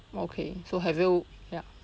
okay so have you ya